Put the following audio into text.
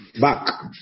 back